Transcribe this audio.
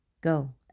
Go